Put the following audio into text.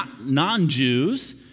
non-Jews